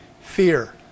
Fear